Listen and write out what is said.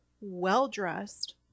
well-dressed